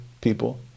people